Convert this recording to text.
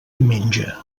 menja